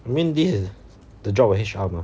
I mean this is the job of H_R mah